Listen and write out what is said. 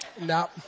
No